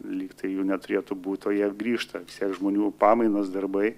lyg tai jų neturėtų būt o jie grįžta žmonių pamainos darbai